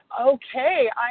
okay